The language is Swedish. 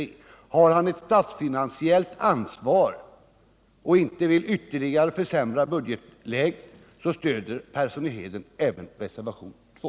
Om Arne Persson har ett statsfinansiellt ansvar och inte vill ytterligare försämra budgetläget stöder han även reservation 2.